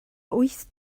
wyth